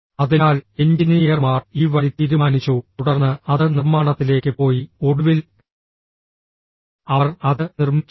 അതിനാൽ എഞ്ചിനീയർമാർ ഈ വഴി തീരുമാനിച്ചു തുടർന്ന് അത് നിർമ്മാണത്തിലേക്ക് പോയി ഒടുവിൽ അവർ അത് നിർമ്മിച്ചു